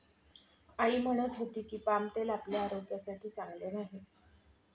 आई म्हणत होती की, पाम तेल आपल्या आरोग्यासाठी चांगले नाही